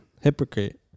hypocrite